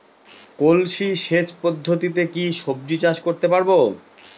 কলসি সেচ পদ্ধতিতে কি সবজি চাষ করতে পারব?